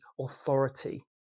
authority